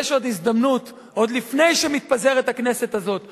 יש עוד הזדמנות עוד לפני שהכנסת הזאת מתפזרת,